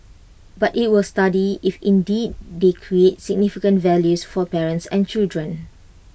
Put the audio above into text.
but IT will study if indeed they create significant values for parents and children